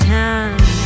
time